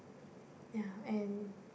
ya and